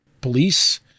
police